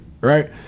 right